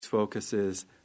focuses